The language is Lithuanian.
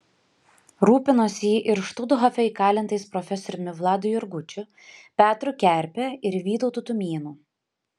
rūpinosi ji ir štuthofe įkalintais profesoriumi vladu jurgučiu petru kerpe ir vytautu tumėnu